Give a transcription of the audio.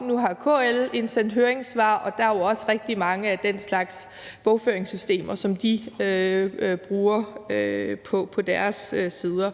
nu har KL også indsendt et høringssvar, og der er jo også rigtig mange af den slags bogføringssystemer, som de bruger på deres sider.